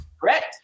correct